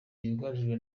yugarijwe